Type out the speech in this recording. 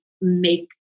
make